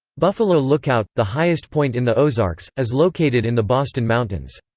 buffalo lookout, the highest point in the ozarks, is located in the boston mountains.